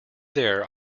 there